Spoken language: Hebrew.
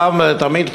פעם ולתמיד,